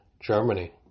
Germany